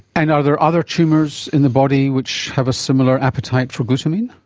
and are there other tumours in the body which have a similar appetite for glutamine?